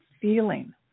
feeling